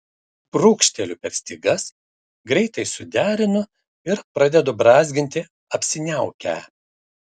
brūkšteliu per stygas greitai suderinu ir pradedu brązginti apsiniaukę